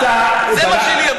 אתה, זה מה שלי אמרו.